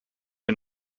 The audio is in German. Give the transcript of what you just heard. ihr